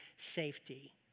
Safety